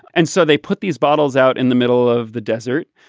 and so they put these bottles out in the middle of the desert.